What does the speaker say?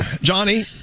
Johnny